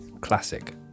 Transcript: Classic